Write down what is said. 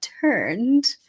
turned